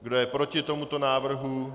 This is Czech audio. Kdo je proti tomuto návrhu?